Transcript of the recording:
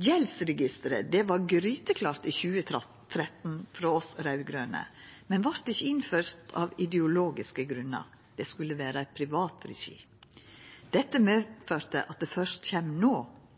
Gjeldsregisteret var gryteklart i 2013 frå oss raud-grøne, men vart ikkje innført av ideologiske grunnar. Det skulle vera i privat regi. Dette medførte at det kjem først no,